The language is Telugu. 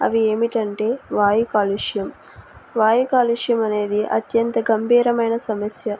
అవి ఏమిటంటే వాయు కాలుష్యం వాయు కాలుష్యం అనేది అత్యంత గంభీరమైన సమస్య